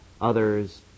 others